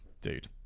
dude